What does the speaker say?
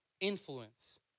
Influence